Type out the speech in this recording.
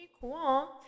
cool